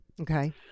okay